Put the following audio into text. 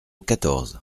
quatorze